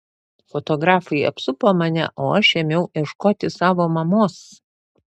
fotografai apsupo mane o aš ėmiau ieškoti savo mamos